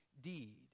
deed